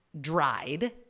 dried